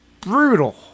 brutal